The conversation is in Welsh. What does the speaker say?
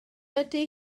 ydy